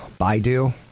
Baidu